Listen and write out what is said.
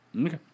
Okay